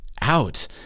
out